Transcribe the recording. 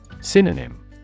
Synonym